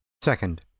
Second